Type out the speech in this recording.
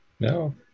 No